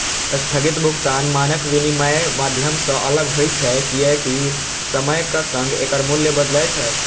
स्थगित भुगतान मानक विनमय माध्यम सं अलग होइ छै, कियैकि समयक संग एकर मूल्य बदलै छै